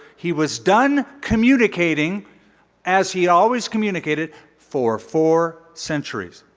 he was done communicating as he always communicated for four centuries.